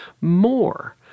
more